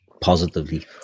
positively